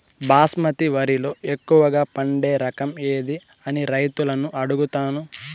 బాస్మతి వరిలో ఎక్కువగా పండే రకం ఏది అని రైతులను అడుగుతాను?